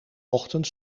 ochtend